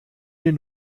den